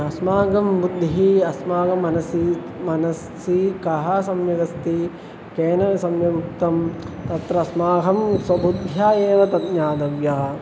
अस्माकं बुद्धिः अस्माकं मनसि मनसि किं सम्यगस्ति केन सम्यगुक्तम् अत्र अस्माकं स्वबुद्ध्या एव तत् ज्ञातव्यः